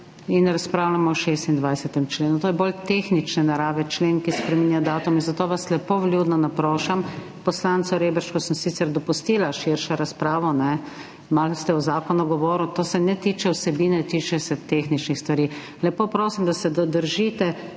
in razpravljamo o 26. členu. Ta je bolj tehnične narave, člen, ki spreminja datume, zato vas lepo, vljudno naprošam, poslancu Reberšku sem sicer dopustila širšo razpravo, malo ste govorili o zakonu, to se ne tiče vsebine, tiče se tehničnih stvari. Lepo prosim, da se držite